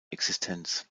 existenz